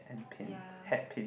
ya